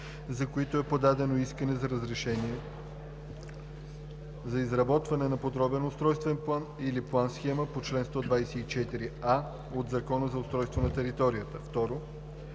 за които е подадено искане за разрешение за изработване на подробен устройствен план или план-схема по чл. 124а от Закона за устройство на територията; 2.